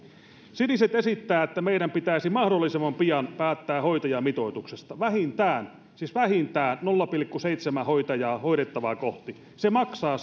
siniset esittävät että meidän pitäisi mahdollisimman pian päättää hoitajamitoituksesta vähintään siis vähintään nolla pilkku seitsemän hoitajaa hoidettavaa kohti se maksaa